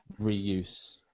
reuse